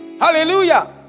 Hallelujah